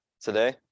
today